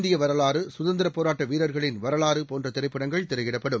இந்தியவரலாறுசுதந்திரபோராட்ட வீரர்களின் வரலாறுபோன்றதிரைப்படங்கள் திரையிடப்படும்